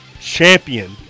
champion